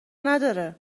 نداره